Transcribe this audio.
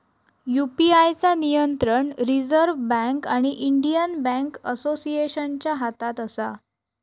UPI चा नियंत्रण reserve bank आणि इंडियन बॅन्क असोसिएशनच्या हातात असा